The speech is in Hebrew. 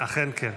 אכן כן.